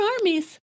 armies